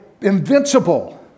invincible